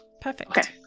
Perfect